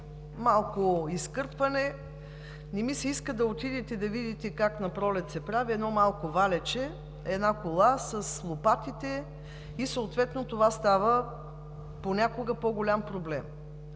малко изкърпване. Не ми се иска да отидете да видите как се прави напролет – едно малко валяче, една кола с лопатите и съответно това става понякога по-голям проблем.